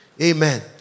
amen